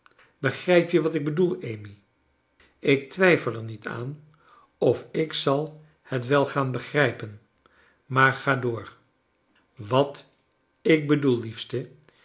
begrijp je wat ik bedoel amy ik twijfel er niet aan of j ik zal het wel gaan begrij pen maar ga door wat ik bedoel liefste